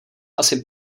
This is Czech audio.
asi